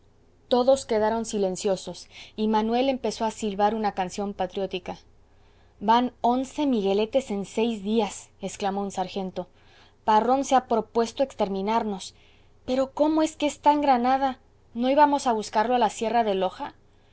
todos quedaron silenciosos y manuel empezó a silbar una canción patriótica van once migueletes en seis días exclamó un sargento parrón se ha propuesto exterminarnos pero cómo es que está en granada no íbamos á buscarlo a la sierra de loja